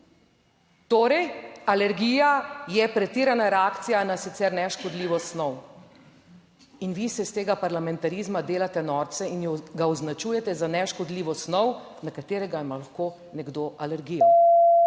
Torej alergija je pretirana reakcija na sicer neškodljivo snov. In vi se iz tega parlamentarizma delate norce in ga označujete za neškodljivo snov, na katerega ima lahko nekdo alergijo.